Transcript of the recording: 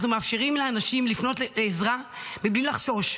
אנחנו מאפשרים לאנשים לפנות לעזרה מבלי לחשוש.